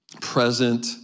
present